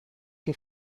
que